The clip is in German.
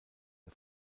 der